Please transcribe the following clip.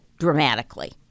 Dramatically